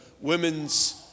women's